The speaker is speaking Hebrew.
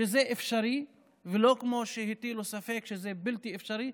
שזה אפשרי, ולא כמו שהטילו ספק שזה בלתי אפשרי.